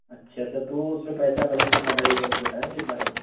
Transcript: اچھا سر تو اس میں کیسا بجٹ کنتا لگے گا کچھ بتائیں گے اس بارے میں